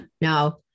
Now